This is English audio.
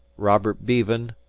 robert beavon,